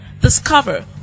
discover